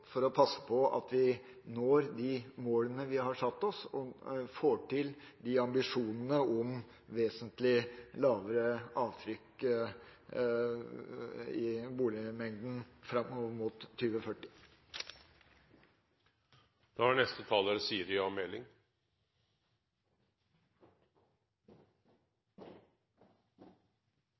for å passe på at vi når de målene vi har satt oss, og får til ambisjonene om vesentlig lavere avtrykk i boligmengden framover mot 2040. Jeg må si at det er